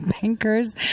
bankers